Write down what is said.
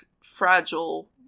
fragile